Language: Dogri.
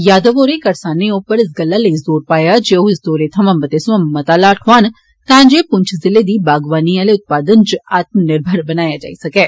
यादव होरें करसानें उप्पर इस गल्ला लेई जोर पाया जे ओ इस दौरे थमां मते सोयां मता लाह ठौआन तां जे पुंछ जिले गी बागवानी आले उत्पादन च आत्म निर्मर बनाया जाई सकै